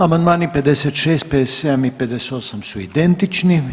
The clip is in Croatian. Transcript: Amandmani 56., 57. i 58. su identični.